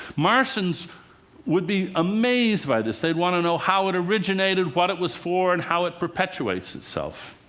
martians would be amazed by this. they'd want to know how it originated, what it was for and how it perpetuates itself.